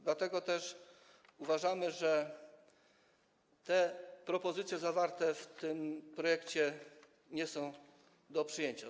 Dlatego też uważamy, że propozycje zawarte w tym projekcie są nie do przyjęcia.